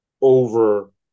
over